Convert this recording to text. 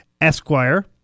Esquire